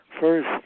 first